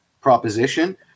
proposition